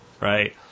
right